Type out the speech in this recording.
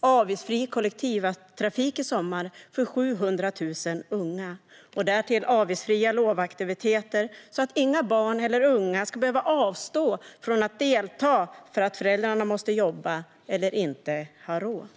avgiftsfri kollektivtrafik i sommar för 700 000 unga och därtill avgiftsfria lovaktiviteter så att inga barn eller unga ska behöva avstå från att delta för att föräldrarna måste jobba eller inte har råd.